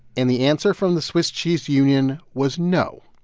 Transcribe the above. and the answer from the swiss cheese union was no,